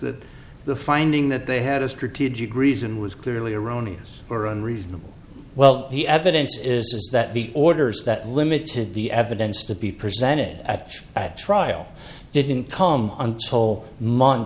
that the finding that they had a strategic reason was clearly erroneous or unreasonable well the evidence is that the orders that limited the evidence to be presented at trial didn't come until month